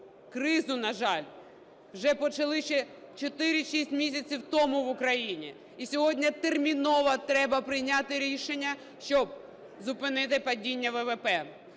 Криза, на жаль, вже почалася 4-6 місяців тому в Україні, і сьогодні терміново треба прийняти рішення, щоб зупинити падіння ВВП,